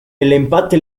empate